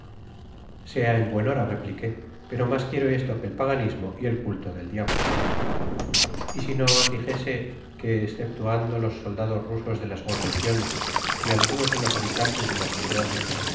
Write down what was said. sea en buen hora repliqué pero mas quiero esto que el paganismo y el culto del diablo y si no os dijese que esceptuando los soldados rusos de las guarniciones y algunos de los habitantes de las ciudades